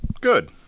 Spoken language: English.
Good